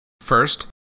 First